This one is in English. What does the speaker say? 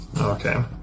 Okay